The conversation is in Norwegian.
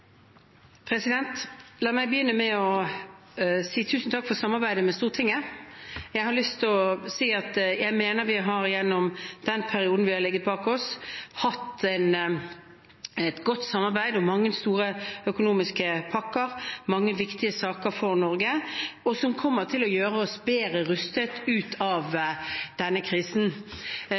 La meg begynne med å si tusen takk for samarbeidet med Stortinget. Jeg har lyst til å si at jeg mener vi gjennom den perioden vi har lagt bak oss, har hatt et godt samarbeid om mange store økonomiske pakker, mange viktige saker for Norge, som kommer til å gjøre at vi kommer bedre rustet ut av denne krisen.